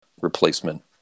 replacement